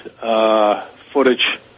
footage